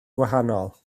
gwahanol